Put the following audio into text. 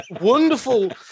wonderful